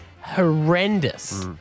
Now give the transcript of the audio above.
horrendous